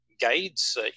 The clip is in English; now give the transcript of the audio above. guides